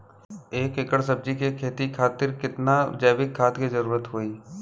एक एकड़ सब्जी के खेती खातिर कितना जैविक खाद के जरूरत होई?